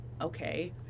okay